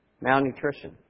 malnutrition